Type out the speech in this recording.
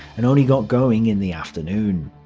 and only got going in the afternoon.